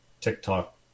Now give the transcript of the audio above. TikTok